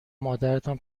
مادرتان